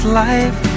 life